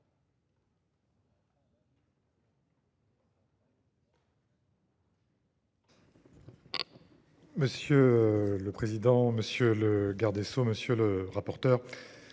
Monsieur le président, monsieur le garde des sceaux, monsieur le rapporteur,